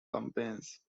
campaigns